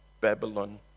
Babylon